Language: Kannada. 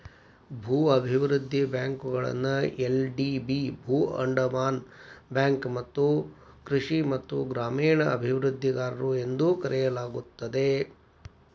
ಭೂ ಅಭಿವೃದ್ಧಿ ಬ್ಯಾಂಕುಗಳನ್ನ ಎಲ್.ಡಿ.ಬಿ ಭೂ ಅಡಮಾನ ಬ್ಯಾಂಕು ಮತ್ತ ಕೃಷಿ ಮತ್ತ ಗ್ರಾಮೇಣ ಅಭಿವೃದ್ಧಿಗಾರರು ಎಂದೂ ಕರೆಯಲಾಗುತ್ತದೆ